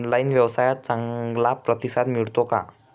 Online व्यवसायात चांगला प्रतिसाद मिळतो का?